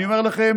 אני אומר לכם,